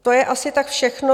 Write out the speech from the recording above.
To je asi tak všechno.